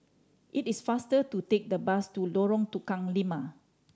it is faster to take the bus to Lorong Tukang Lima